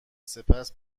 سپس